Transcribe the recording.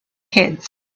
kids